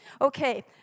Okay